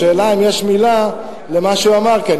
השאלה היא אם יש מלה למה שהוא אמר כאן.